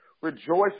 rejoice